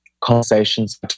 conversations